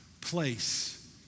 place